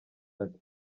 ati